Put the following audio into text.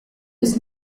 was